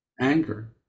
anger